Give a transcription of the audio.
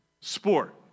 sport